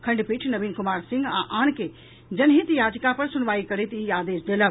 खंडपीठ नवीन कुमार सिंह आ आन के जनहित याचिका पर सुनवाई करैत ई आदेश देलक